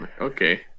Okay